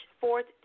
fourth